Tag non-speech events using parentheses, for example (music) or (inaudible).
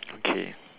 (noise) okay